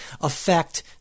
affect